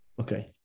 Okay